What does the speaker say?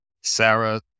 Sarah